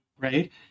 right